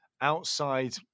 outside